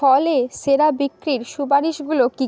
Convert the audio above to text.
ফলে সেরা বিক্রির সুপারিশগুলো কী